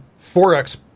forex